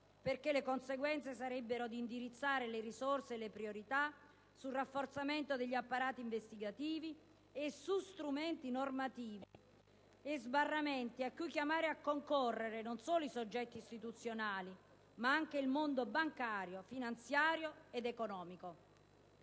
perché ciò comporterebbe di indirizzare le risorse e le priorità sul rafforzamento di apparati investigativi e su strumenti normativi e sbarramenti cui chiamare a concorrere non solo i soggetti istituzionali, ma anche il mondo bancario, finanziario ed economico.